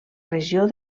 regió